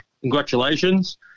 Congratulations